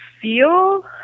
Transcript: feel